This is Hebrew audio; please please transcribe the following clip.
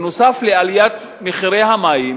נוסף על עליית מחירי המים,